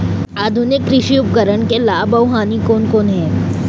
आधुनिक कृषि उपकरण के लाभ अऊ हानि कोन कोन हे?